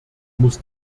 muss